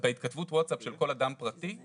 בהתכתבות ווטסאפ של כל אדם פרטי היא